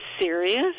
serious